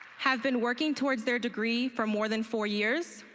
have been working towards their degree for more than four years.